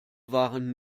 waren